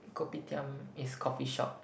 Kopitiam is coffeeshop